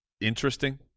interesting